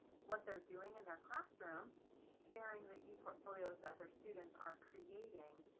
what they're doing in their classroom sharing the eportfolios that their students are creating.